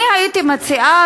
הייתי מציעה,